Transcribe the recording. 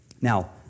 Now